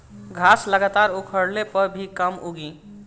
घास लगातार उखड़ले पर भी कम उगी